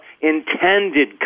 intended